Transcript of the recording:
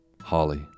Holly